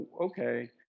okay